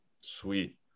Sweet